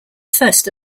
first